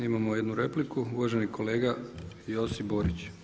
Imamo jednu repliku, uvaženi kolega Josip Borić.